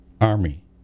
Army